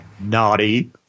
Naughty